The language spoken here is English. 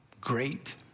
great